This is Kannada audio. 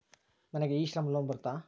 ನನಗೆ ಇ ಶ್ರಮ್ ಲೋನ್ ಬರುತ್ತಾ?